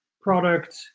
product